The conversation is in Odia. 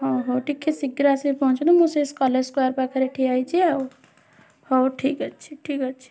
ଓ ହଉ ଟିକେ ଶୀଘ୍ର ଆସିକି ପହଞ୍ଚନ୍ତୁ ମୁଁ ସେଇ କଲେଜ୍ ସ୍କୋୟାର୍ ପାଖରେ ଠିଆ ହେଇଛି ଆଉ ହେଉ ଠିକ୍ ଅଛି ଠିକ୍ ଅଛି